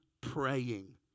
praying